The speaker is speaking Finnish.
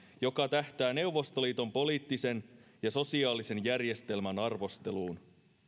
joka tähtää neuvostoliiton poliittisen ja sosiaalisen järjestelmän arvosteluun